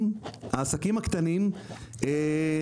מהמכרזים הממשלתיים העסקים הקטנים נמצאים.